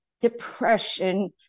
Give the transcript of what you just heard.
depression